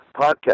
podcast